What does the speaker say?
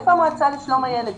נמצאת כאן המועצה לשלום הילד.